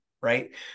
right